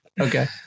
Okay